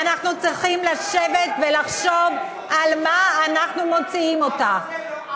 אנחנו צריכים לשבת ולחשוב על מה אנחנו מוציאים אותו.